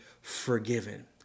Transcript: forgiven